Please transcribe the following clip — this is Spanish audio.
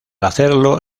hacerlo